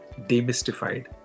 demystified